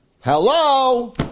Hello